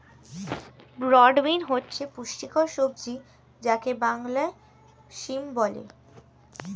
broad bean হচ্ছে পুষ্টিকর সবজি যাকে বাংলায় সিম বলে